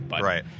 Right